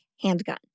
handgun